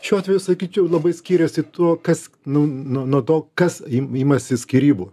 šiuo atveju sakyčiau labai skiriasi tuo kas nu nuo to kas im imasi skyrybų